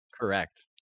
correct